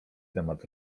temat